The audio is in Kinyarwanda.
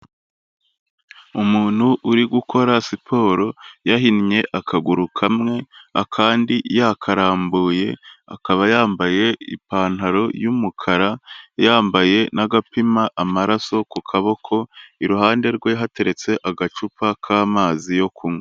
Umuntu uri gukora siporo yahinnye akaguru kamwe akandi yakarambuye, akaba yambaye ipantaro y'umukara yambaye n'agapima amaraso ku kaboko, iruhande rwe hateretse agacupa k'amazi yo kunywa.